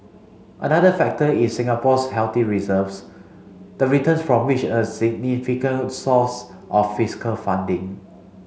another factor is Singapore's healthy reserves the returns from which a significant source of fiscal funding